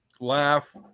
laugh